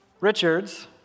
Richards